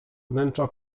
wnętrza